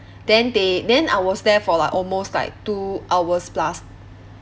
then they then I was there for like almost like two hours plus